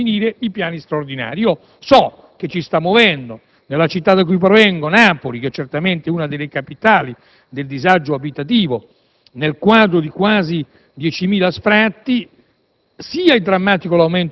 i Comuni e le Regioni devono definire i piani straordinari. So che ci si sta muovendo in tale direzione anche nella città da cui provengo, Napoli, certamente una delle capitali del disagio abitativo: nel quadro di quasi 10.000 sfratti